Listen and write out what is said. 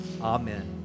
amen